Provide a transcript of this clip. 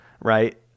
right